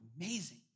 amazing